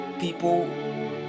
people